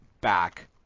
back